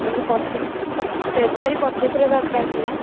ଆମର ପଚିଶ ଫେବୃୟାରୀ ପଚିଶରେ ଦରକାର ଥିଲା